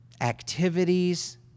activities